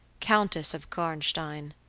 countess of karnstein.